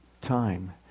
time